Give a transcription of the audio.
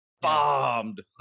Bombed